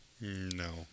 No